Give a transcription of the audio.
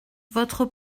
votre